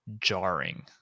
jarring